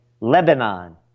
Lebanon